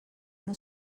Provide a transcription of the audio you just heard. una